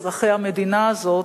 אזרחי המדינה הזאת,